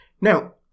Now